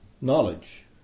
knowledge